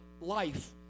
life